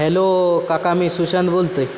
hello काका मी सुशांत बोलतो आहे